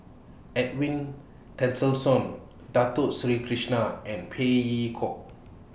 Edwin Tessensohn Dato Sri Krishna and Phey Yew Kok